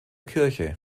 kirche